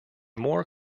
more